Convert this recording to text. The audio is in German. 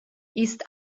ist